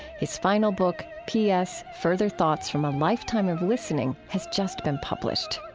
his final book, p s. further thoughts from a lifetime of listening, has just been published.